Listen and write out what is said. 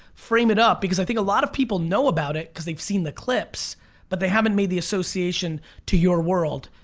frame it up because i think a lot of people know about it cause they've seen the clips but they haven't made the association to your world.